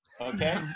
Okay